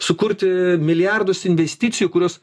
sukurti milijardus investicijų kurios